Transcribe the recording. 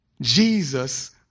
Jesus